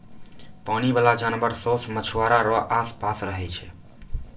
पानी बाला जानवर सोस मछुआरा रो आस पास रहै छै